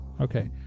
Okay